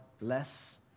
less